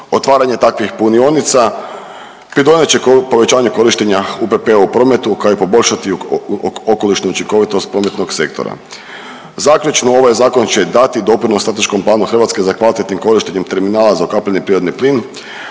Otvaranje takvih punionica pridonijet će povećanju korištenja UPP-a u prometu kao i poboljšati okolišnu učinkovitost prometnog sektora. Zaključno, ovaj zakon će dati doprinos strateškom planu Hrvatske za kvalitetnim korištenjem terminala za UPP, a time i